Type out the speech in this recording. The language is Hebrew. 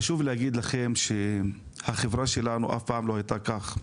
חשוב להגיד לכם שהחברה שלנו אף פעם לא הייתה ככה,